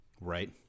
Right